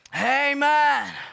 Amen